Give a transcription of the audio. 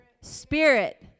spirit